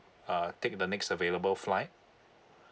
uh take the next available flight